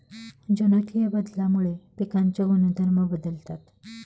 जनुकीय बदलामुळे पिकांचे गुणधर्म बदलतात